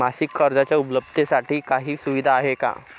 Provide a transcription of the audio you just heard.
मासिक कर्जाच्या उपलब्धतेसाठी काही सुविधा आहे का?